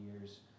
years